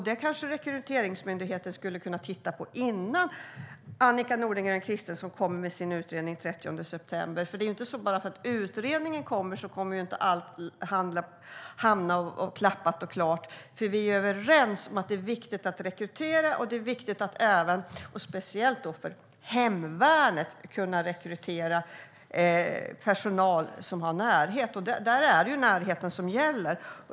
Det kanske Rekryteringsmyndigheten skulle kunna titta på innan Annika Nordgren Christensen kommer med sin utredning den 30 september. Bara för att utredningen presenteras kommer ju inte allt att vara klappat och klart. Vi är överens om att det är viktigt att rekrytera och att även kunna rekrytera personal som är nära, och det gäller speciellt hemvärnet. För dem är det ju närheten som gäller.